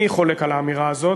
אני חולק על האמירה הזאת.